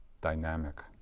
dynamic